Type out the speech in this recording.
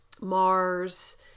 mars